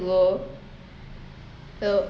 go so